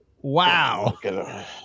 Wow